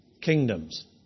kingdoms